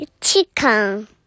chicken